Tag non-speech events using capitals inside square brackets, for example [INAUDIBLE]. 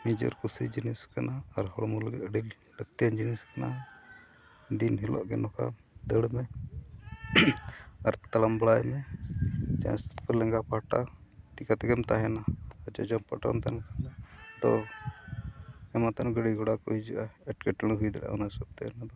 ᱱᱤᱡᱮᱨ ᱠᱩᱥᱤ ᱡᱤᱱᱤᱥ ᱠᱟᱱᱟ ᱟᱨ ᱦᱚᱲᱢᱚ ᱞᱟᱹᱜᱤᱫ ᱟᱹᱰᱤ ᱞᱟᱹᱠᱛᱤᱭᱟᱱ ᱡᱤᱱᱤᱥ ᱠᱟᱱᱟ ᱫᱤᱱ ᱦᱤᱞᱳᱜ ᱜᱮ ᱱᱚᱝᱠᱟ ᱫᱟᱹᱲ ᱢᱮ ᱟᱨ ᱛᱟᱲᱟᱢ ᱵᱟᱲᱟᱭ ᱢᱮ [UNINTELLIGIBLE] ᱞᱮᱸᱜᱟ ᱯᱟᱦᱴᱟ ᱴᱷᱤᱠᱟᱹ ᱛᱮᱜᱮᱢ ᱛᱟᱦᱮᱱᱟ ᱡᱚᱡᱚᱢ ᱯᱟᱦᱴᱟ ᱨᱮᱢ ᱛᱟᱦᱮᱱ ᱠᱷᱟᱱ ᱫᱚ ᱛᱚ ᱮᱢᱟᱱ ᱛᱮᱢᱟᱱ ᱜᱟᱹᱰᱤ ᱜᱷᱚᱲᱟ ᱠᱚ ᱦᱤᱡᱩᱜᱼᱟ ᱮᱸᱴᱠᱮᱴᱚᱲᱮ ᱦᱩᱭ ᱫᱟᱲᱮᱭᱟᱜᱼᱟ ᱚᱱᱟ ᱦᱤᱥᱟᱹᱵ ᱛᱮ ᱚᱱᱟᱫᱚ